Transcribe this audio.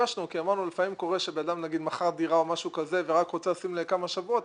לפעמים קורה שאדם מכר דירה ורק רוצה לשים את הכסף לכמה שבועות.